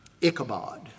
Ichabod